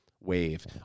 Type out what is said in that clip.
wave